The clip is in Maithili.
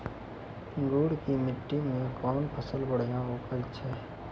गुड़ की मिट्टी मैं कौन फसल बढ़िया उपज छ?